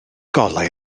golau